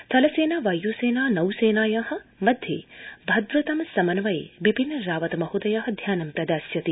थलसेना वायुसेना नौसेनया मध्ये भद्रतम समन्वये बिपिन रावत महोदयः ध्यानं प्रदास्यति